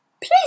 Please